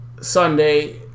Sunday –